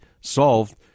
solved